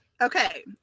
Okay